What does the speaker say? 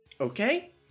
Okay